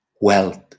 wealth